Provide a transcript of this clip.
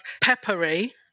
peppery